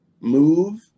move